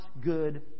good